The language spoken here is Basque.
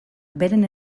beren